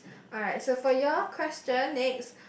alright so for your question next